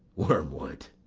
wormwood!